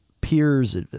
peers